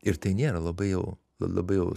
ir tai nėra labai jau labai jau